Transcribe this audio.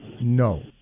no